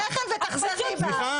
--- ותחזרי בך.